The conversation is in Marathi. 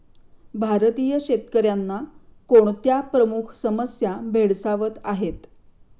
भारतीय शेतकऱ्यांना कोणत्या प्रमुख समस्या भेडसावत आहेत?